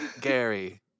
Gary